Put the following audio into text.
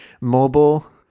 Mobile